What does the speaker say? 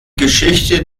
geschichte